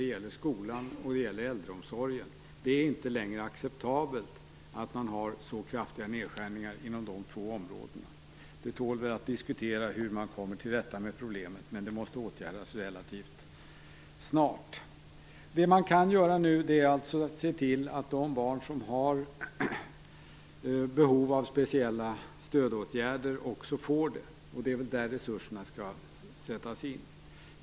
Det gäller skolan och äldreomsorgen. Det är inte längre acceptabelt med så kraftiga nedskärningar på de områdena. Det tål att diskuteras hur man kommer till rätta med problemet, men det måste åtgärdas relativt snart. Det man kan göra nu är att se till att de barn som har behov av speciella stödåtgärder också får det. Det är där resurserna skall sättas in.